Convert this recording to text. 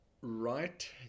right